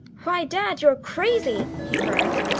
why, dad, you're crazy! he cried.